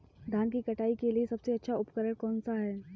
धान की कटाई के लिए सबसे अच्छा उपकरण कौन सा है?